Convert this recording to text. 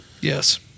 Yes